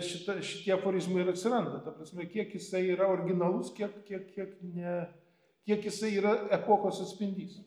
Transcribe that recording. šita šitie aforizmai ir atsiranda ta prasme kiek jisai yra originalus kiek kiek kiek ne kiek jisai yra epochos atspindys